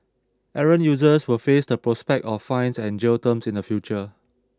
errant users will face the prospect of fines and jail terms in the future